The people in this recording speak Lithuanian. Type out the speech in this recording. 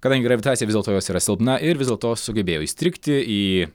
kadangi gravitacija vis dėlto jos yra silpna ir vis dėlto sugebėjo įstrigti į